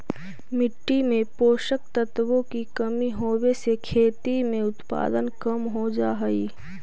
मिट्टी में पोषक तत्वों की कमी होवे से खेती में उत्पादन कम हो जा हई